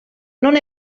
non